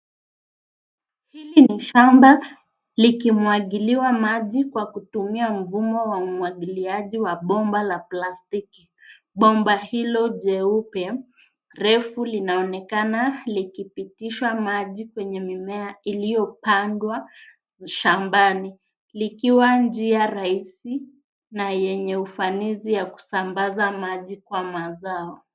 Hili ni shamba likimwagiliwa maji kwa kutumia mfumo wa umwagiliaji wa bomba la plastiki. Bomba hilo jeupe, refu linaonekana likipitisha maji kwenye mimea iliyopandwa shambani. Likiwa njia rahisi na yenye ufanisi ya kusambaza maji kwa mazao.